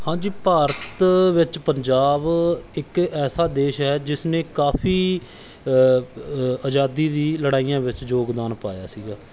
ਹਾਂਜੀ ਭਾਰਤ ਵਿੱਚ ਪੰਜਾਬ ਇੱਕ ਐਸਾ ਦੇਸ਼ ਹੈ ਜਿਸਨੇ ਕਾਫ਼ੀ ਆਜ਼ਾਦੀ ਦੀ ਲੜਾਈਆਂ ਵਿੱਚ ਯੋਗਦਾਨ ਪਾਇਆ ਸੀਗਾ